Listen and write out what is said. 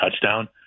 touchdown